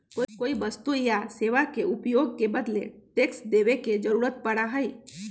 कोई वस्तु या सेवा के उपभोग के बदले टैक्स देवे के जरुरत पड़ा हई